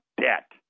debt